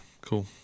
Cool